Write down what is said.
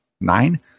Nine